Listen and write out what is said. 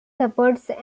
supporters